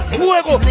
fuego